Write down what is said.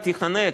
היא תיחנק.